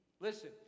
Listen